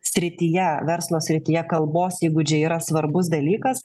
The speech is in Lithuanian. srityje verslo srityje kalbos įgūdžiai yra svarbus dalykas